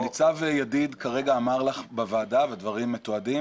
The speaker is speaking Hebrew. ניצב ידיד כרגע אמר לך בוועדה, והדברים מתועדים,